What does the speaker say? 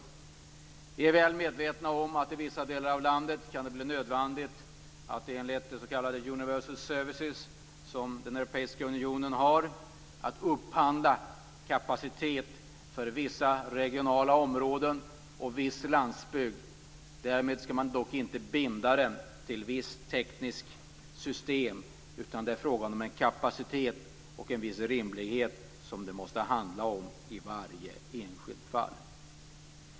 Vi är väl medvetna om att det i vissa delar av landet kan bli nödvändigt att, enligt s.k. universal services som den europeiska unionen har, upphandla kapacitet för vissa regionala områden och viss landsbygd. Därmed skall man dock inte binda den till ett visst tekniskt system, utan det måste i varje enskilt fall handla om en kapacitet och en viss rimlighet.